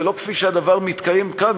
ולא כפי שהדבר מתקיים כאן,